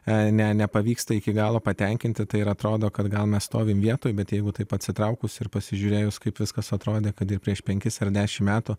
jei ne nepavyksta iki galo patenkinti ir atrodo kad gal mes stovime vietoje bet jeigu taip atsitraukus ir pasižiūrėjus kaip viskas atrodė kad ir prieš penkis ar dešimt metų